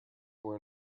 were